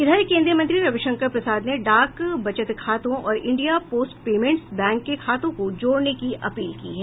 इधर केन्द्रीय मंत्री रविशंकर प्रसाद ने डाक बचत खातों और इंडिया पोस्ट पेमेंट्स बैंक के खातों को जोड़ने की अपील की है